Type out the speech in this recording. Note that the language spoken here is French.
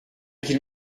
qu’il